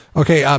okay